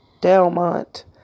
delmont